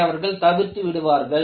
அதை அவர்கள் தவிர்த்து விடுவார்கள்